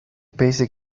basic